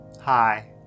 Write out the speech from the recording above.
Hi